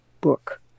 book